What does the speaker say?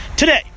Today